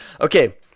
Okay